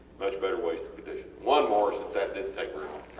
much better ways to condition. one more since that didnt take very